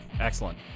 excellent